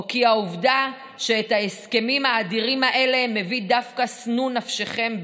או כי העובדה שאת ההסכמים האדירים האלה מביא דווקא שנוא נפשכם,